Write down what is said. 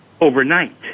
overnight